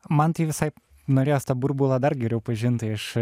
man tai visai norėjosi tą burbulą dar geriau pažint tai aš